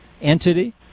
entity